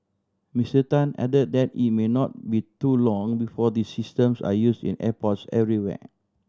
Mister Tan added that it may not be too long before these systems are use in airports everywhere